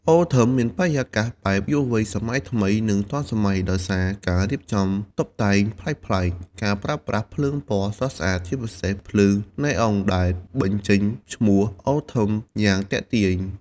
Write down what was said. អូ ថឹម មានបរិយាកាសបែបយុវវ័យសម័យថ្មី និងទាន់សម័យ ដោយសារការរៀបចំតុបតែងប្លែកៗ ការប្រើប្រាស់ភ្លើងពណ៌ស្រស់ស្អាត ជាពិសេសភ្លើង ណេអុង ដែលបញ្ចេញឈ្មោះ អូ ថឹម យ៉ាងទាក់ទាញ។